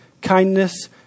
kindness